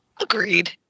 Agreed